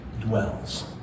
dwells